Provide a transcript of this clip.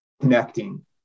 connecting